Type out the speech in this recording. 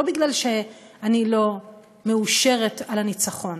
לא בגלל שאני לא מאושרת על הניצחון,